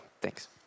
thanks